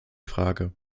frage